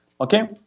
Okay